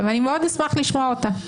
אבל אני מאוד אשמח לשמוע אותה.